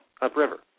upriver